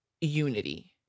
unity